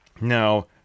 Now